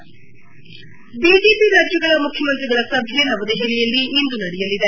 head BJP ರಾಜ್ಲಗಳ ಮುಖ್ಯಮಂತ್ರಿಗಳ ಸಭೆ ನವದೆಹಲಿಯಲ್ಲಿ ಇಂದು ನಡೆಯಲಿದೆ